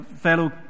fellow